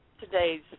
today's